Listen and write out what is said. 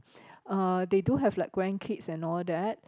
uh they do have like grandkids and all that